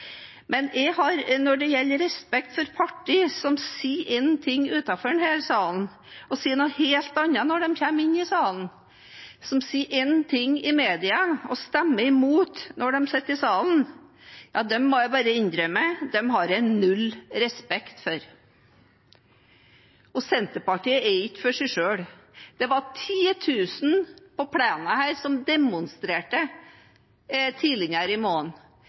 men partier som sier én ting utenfor denne salen og noe helt annet når de kommer inn i salen, som sier én ting i media og stemmer imot når de sitter i salen, må jeg bare innrømme at jeg har null respekt for. Senterpartiet er ikke for seg selv. Det var 10 000 på plenen her og demonstrerte tidligere i